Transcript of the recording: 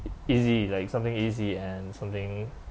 e~ easy like something easy and something